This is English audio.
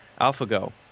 AlphaGo